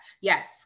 yes